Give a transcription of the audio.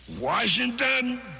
washington